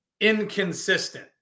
inconsistent